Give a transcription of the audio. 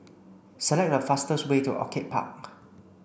select the fastest way to Orchid Park